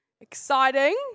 Exciting